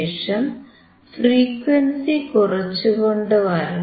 ശേഷം ഫ്രീക്വൻസി കുറച്ചുകൊണ്ടുവരണം